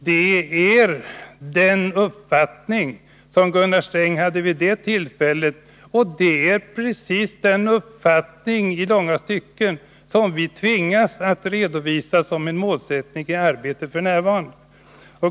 Den uppfattning som Gunnar Sträng hade vid detta tillfälle är i långa stycken precis vad vi f. n. tvingas redovisa som en målsättning i arbetet.